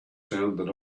sounded